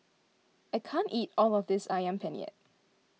I can't eat all of this Ayam Penyet